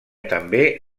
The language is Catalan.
també